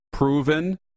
Proven